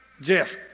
Jeff